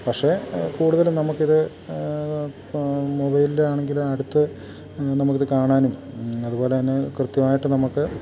പക്ഷേ കൂടുതലും നമുക്ക് ഇത് മൊബൈലില് ആണെങ്കില് അടുത്ത് നമുക്കിത് കാണാനും അതുപോലെ തന്നെ കൃത്യമായിട്ട് നമുക്ക്